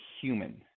human